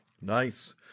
Nice